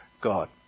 God